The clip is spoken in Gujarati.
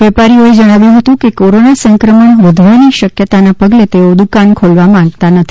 વેપારીઓએ જણાવ્યું હતું કે કોરોના સંક્રમણ વધવાની શક્યતાના પગલે તેઓ દુકાનો ખોલવા માંગતા નથી